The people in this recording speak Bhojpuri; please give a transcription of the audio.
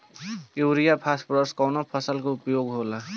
युरिया फास्फोरस कवना फ़सल में उपयोग होला?